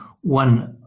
one